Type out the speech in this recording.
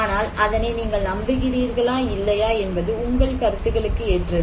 ஆனால் அதனை நீங்கள் நம்புகிறீர்களா இல்லையா என்பது உங்கள் கருத்துக்களுக்கு ஏற்றது